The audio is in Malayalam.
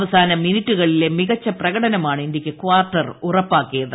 അവസാന മിനിട്ടുകളിലെ മികച്ച പ്രകടനമാണ് ഇന്ത്യയ്ക്ക് ക്വാർട്ടർ ഉറപ്പാക്കിത്